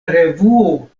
revuo